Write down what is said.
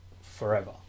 forever